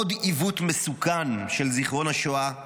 עוד עיוות מסוכן של זיכרון השואה,